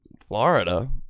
Florida